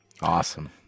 Awesome